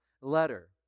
letter